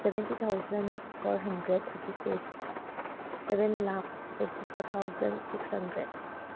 seventy thousand four hundred thirty six seven lakh fifty four thousand six hundred